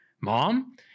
Mom